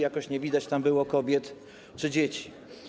Jakoś nie widać tam było kobiet czy dzieci.